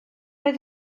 oedd